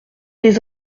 des